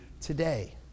today